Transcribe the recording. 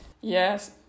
Yes